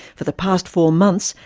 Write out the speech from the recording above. for the past four months,